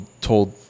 told